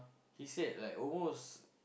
he said like almost